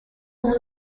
اون